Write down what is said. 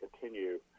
continue